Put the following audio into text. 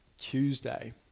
Tuesday